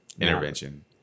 Intervention